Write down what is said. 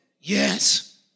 yes